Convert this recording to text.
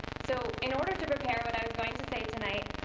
so in order to prepare what i was going to say tonight,